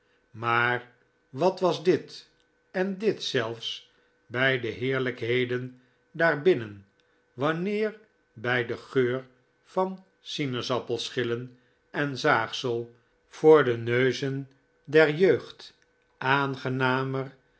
maar wat was dit en dit zelfs by de heerlykheden daar binnen wanneer by den geur van sinaasappelschillen en zaagsel voor de neuzen der jeugd aangenamer